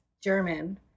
German